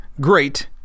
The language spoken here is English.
great